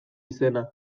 izena